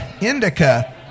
indica